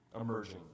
emerging